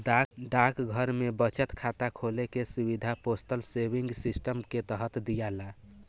डाकघर में बचत खाता खोले के सुविधा पोस्टल सेविंग सिस्टम के तहत दियाला